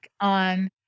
on